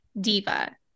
diva